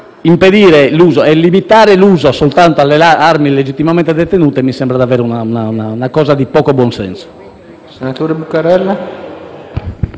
detenuta, ma limitare l'uso soltanto alle armi legittimamente detenute mi sembra davvero una cosa di scarso buon senso.